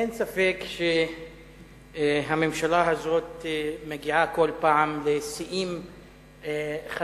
אין ספק שהממשלה הזאת מגיעה כל פעם לשיאים חדשים.